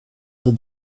det